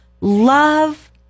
love